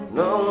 no